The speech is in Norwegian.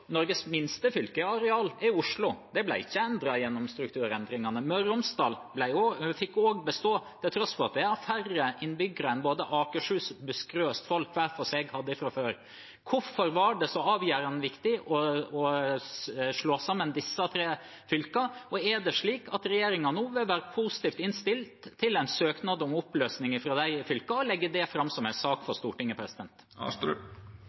Norges minste fylke i areal er Oslo, og det ble ikke endret gjennom strukturendringene. Møre og Romsdal fikk også bestå, til tross for at de har færre innbyggere enn både Akershus, Buskerud og Østfold hver for seg hadde fra før. Hvorfor var det så avgjørende viktig å slå sammen disse tre fylkene? Og er det slik at regjeringen nå vil være positivt innstilt til en søknad om oppløsning fra de fylkene og legge det fram som en sak